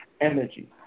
energy